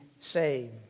saved